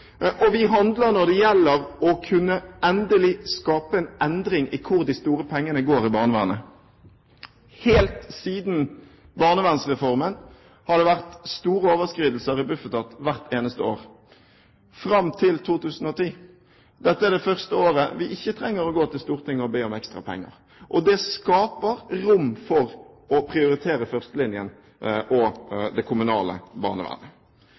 og vi handler når det gjelder å kunne endelig skape en endring i hvor de store pengene går i barnevernet. Helt siden Barnevernsreformen har det vært store overskridelser i Bufetat hvert eneste år, fram til 2010. Dette er det første året vi ikke trenger å gå til Stortinget og be om ekstra penger, og det skaper rom for å prioritere førstelinjen og det kommunale barnevernet.